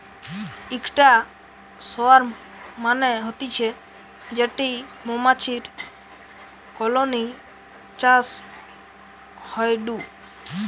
ইকটা সোয়ার্ম মানে হতিছে যেটি মৌমাছির কলোনি চাষ হয়ঢু